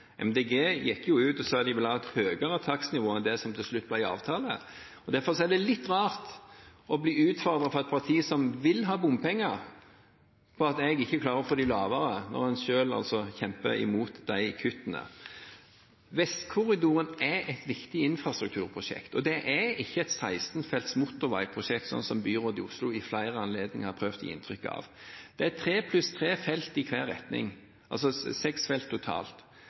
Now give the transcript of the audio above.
Grønne gikk jo ut og sa at de ville ha et høyere takstnivå enn det som til slutt ble avtalt. Det er litt rart å bli utfordret av et parti som vil ha bompenger, på at jeg ikke klarer å få dem lavere, når en selv altså kjemper imot de kuttene. Vestkorridoren er et viktig infrastrukturprosjekt, det er ikke et 16-felts motorveiprosjekt, som byrådet i Oslo ved flere anledninger har prøvd å gi inntrykk av. Det er tre felt i hver retning, altså seks felt totalt.